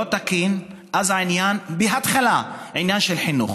לא תקין, אז העניין בהתחלה הוא עניין של חינוך